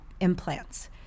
implants